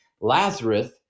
Lazarus